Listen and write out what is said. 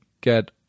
get